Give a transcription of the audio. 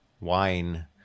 wine